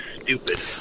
stupid